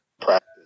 practice